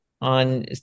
on